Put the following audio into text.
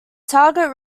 target